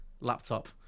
laptop